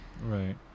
Right